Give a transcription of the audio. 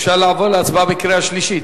אפשר לעבור להצבעה בקריאה שלישית?